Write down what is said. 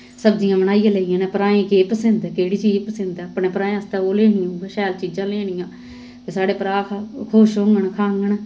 सब्जियां बनाइयै लेई जानियां भ्राएं गी केह् पसिंद ऐ केह्ड़ी चीज पसिंद ऐ अपने भ्राएं आस्तै ओह् लेनी शैल चीजां लेनियां ते साढ़े भ्राऽ खुश होङन खाङन